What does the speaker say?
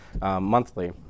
monthly